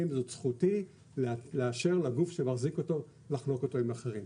זאת זכותי לאשר לגוף שמחזיר אותו לחלוק אותו עם אחרים".